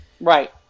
Right